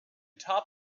top